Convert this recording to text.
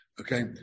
okay